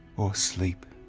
or sleep.